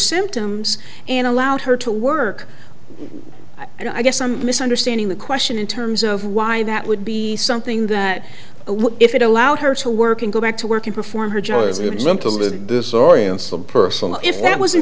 symptoms and allowed her to work and i guess i'm misunderstanding the question in terms of why that would be something that if it allowed her to work and go back to work in perform her